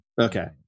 Okay